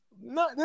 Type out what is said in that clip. No